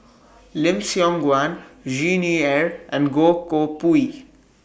Lim Siong Guan Xi Ni Er and Goh Koh Pui